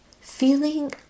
feeling